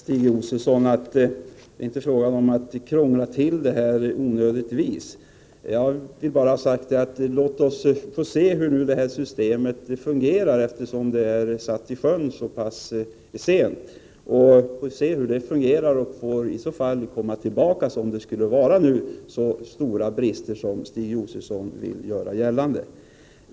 Herr talman! Låt mig bara kort säga till Stig Josefson att det är inte fråga om att krångla till det här onödigtvis. Låt oss se hur systemet fungerar, så får vi komma tillbaka sedan om det skulle visa sig ha så stora brister som Stig Josefson vill göra gällande.